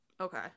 Okay